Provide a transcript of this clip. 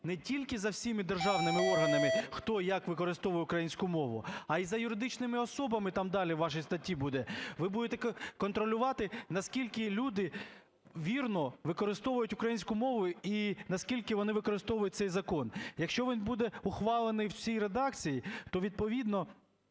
не тільки за всіма державними органами, хто, як використовує українську мову, а і за юридичними особами, там далі у вашій статті буде. Ви будете контролювати, наскільки люди вірно використовують українську мову і наскільки вони використовують цей закон. Якщо він буде ухвалений в цій редакції, то відповідно